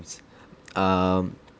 it's um